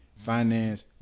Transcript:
finance